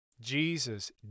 Jesus